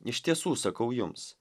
iš tiesų sakau jums